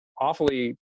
awfully